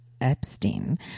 Epstein